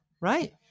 right